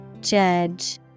Judge